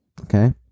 Okay